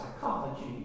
psychology